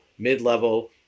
mid-level